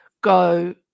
go –